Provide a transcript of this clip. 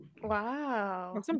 Wow